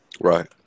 Right